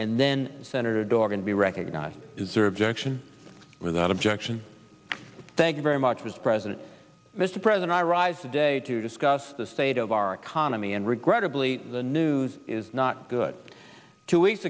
and then senator dorgan to be recognized to serve junction without objection thank you very much as president mr president i rise today to discuss the state of our economy and regrettably the news is not good two weeks